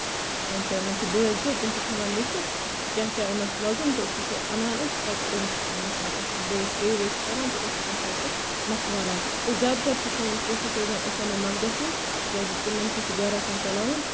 تہٕ مےٚ چھِ بٲے زٕ تِم چھِ تھاوان لیٖکھِتھ کیاہ کیاہ اوٚن اَسہِ وۄزُم تہٕ سُہ چھُ اَنان أسۍ پَتہٕ چھِ أمِس ییٚمہِ ساتہٕ اَسہِ بٲیِس پے وے چھُ تران أسۍ چھِ تَمہِ ساتہٕ سُہ نَکھٕ والان تہٕ زیادٕ تر چھِ سٲنۍ کوٗشِش روزان أسۍ اَنو نَقدَسٕے تِکیازِ تِمَن تہِ چھُ گرٕ آسان چَلاوُن